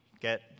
get